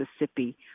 Mississippi